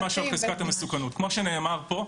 כמו שנאמר פה,